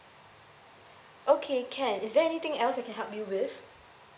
okay can is there anything else I can help you with